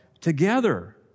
together